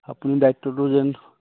আপুনি দায়িত্বটো যেন